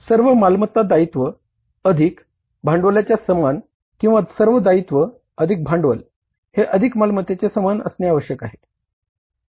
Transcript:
सर्व मालमत्ता दायित्व अधिक भांडवलाच्या समान किंवा सर्व दायित्व अधिक भांडवल हे मालमत्तेच्या समान असणे आवश्यक आहे